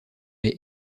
les